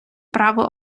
право